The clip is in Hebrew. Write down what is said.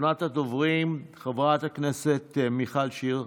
ראשונת הדוברים, חברת הכנסת מיכל שיר,